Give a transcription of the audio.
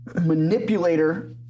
manipulator